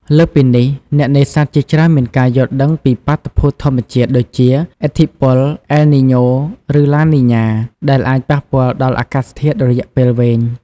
លើសពីនេះ អ្នកនេសាទជាច្រើនមានការយល់ដឹងពីបាតុភូតធម្មជាតិដូចជា ឥទ្ធិពល អែល នី-ញ៉ូ ឬ ឡា នី-ញ៉ា ដែលអាចប៉ះពាល់ដល់អាកាសធាតុរយៈពេលវែង។